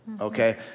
okay